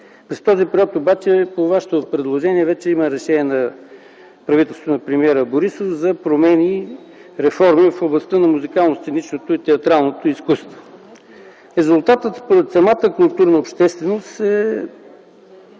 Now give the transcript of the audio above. През този период обаче по Вашето предложение вече има решение на правителството на премиера Борисов за промени и реформи в областта на музикално-сценичното и театралното изкуство. Резултатът според самата културна общественост